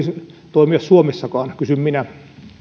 toimia suomessakaan kysyn minä